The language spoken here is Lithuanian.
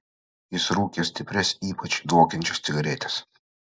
jis rūkė stiprias ypač dvokiančias cigaretes